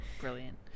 Brilliant